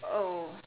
oh